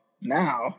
now